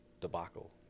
debacle